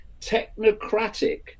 technocratic